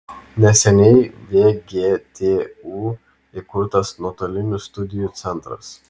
neseniai vgtu įkurtas nuotolinių studijų centras